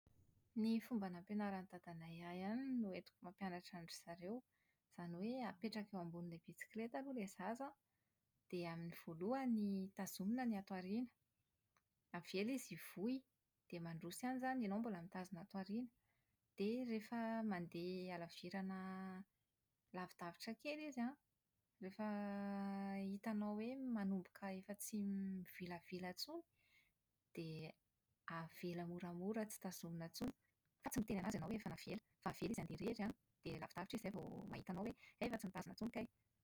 Ny fomba nampianaran'i dadanay ahy ihany no entiko mampianatra an-dry zareo, izany hoe apetraka eo ambonin'ilay bisikilety aloha ilay zaza an, dia amin'ny voalohany tazomina ny ato aoriana. Avela izy hivoy, dia mandroso ihany izany, ianao mbola mitazona ato aoriana. Dia rehefa mandeha halavirana lavidavitra kely izy an, rehefa hitanao hoe manomboka tsy mivilavila intsony, dia avela moramora tsy tazomina intsony, fa tsy miteny an'azy ianao hoe efa navela, fa avela izy handeha irery an dia lavidavitra izy vao mahita anao hoe hay efa tsy mitazona intsony kay.